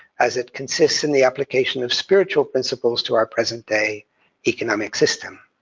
as it consists in the application of spiritual principles to our present-day economic system.